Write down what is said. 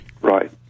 Right